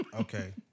Okay